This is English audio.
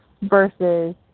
versus